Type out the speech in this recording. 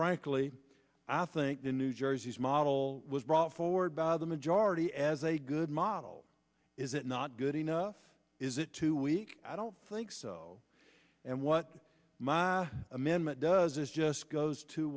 frankly i think the new jersey's model was brought forward by the majority as a good model is it not good enough is it too weak i don't think so and what my amendment does is just goes to